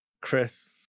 Chris